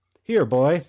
here, boy!